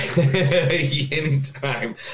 anytime